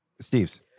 Steve's